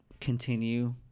continue